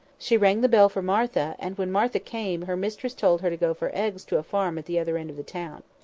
she rang the bell for martha, and when martha came, her mistress told her to go for eggs to a farm at the other end of the town.